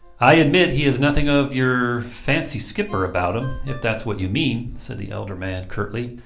i admit he has nothing of your fancy skipper about him, if thats what you mean, said the elder man, curtly.